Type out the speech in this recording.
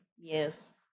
Yes